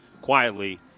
quietly